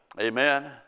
Amen